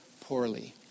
poorly